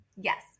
Yes